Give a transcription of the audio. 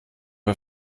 bei